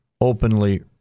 openly